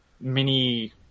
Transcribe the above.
mini